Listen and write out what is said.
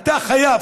אתה חייב,